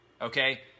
okay